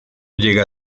llega